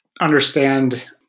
understand